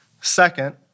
Second